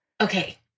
Okay